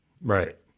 Right